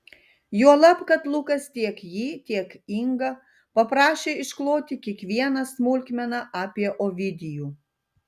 juolab kad lukas tiek jį tiek ingą paprašė iškloti kiekvieną smulkmeną apie ovidijų